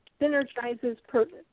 synergizes